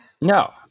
No